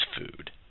food